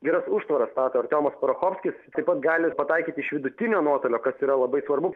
geras užtvaras stato artiomas parachovskis taip pat gali jis pataikyti iš vidutinio nuotolio kas yra labai svarbu